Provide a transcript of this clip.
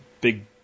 big